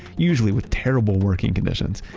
usually with terrible working conditions.